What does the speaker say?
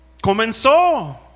Comenzó